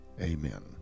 Amen